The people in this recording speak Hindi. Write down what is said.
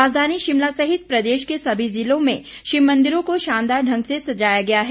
राजधानी शिमला सहित प्रदेश के सभी जिलों में शिव मन्दिरों को शानदार ढंग से सजाया गया है